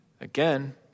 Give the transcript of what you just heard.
Again